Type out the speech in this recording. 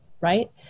right